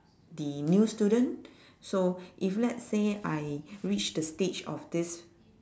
the new student so if let's say I reach the stage of this